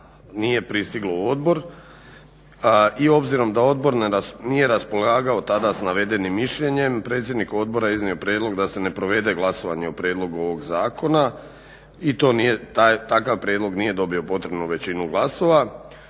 nije pristiglo u odbor i obzirom da odbor nije raspolagao tada sa navedenim mišljenjem, predsjednik odbora iznio je prijedlog da se ne provede glasovanje o prijedlogu ovog zakona i takav prijedlog nije dobio potrebnu većinu glasova.